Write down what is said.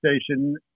station